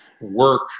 work